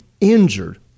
injured